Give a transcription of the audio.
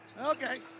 Okay